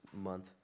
month